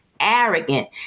arrogant